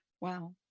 wow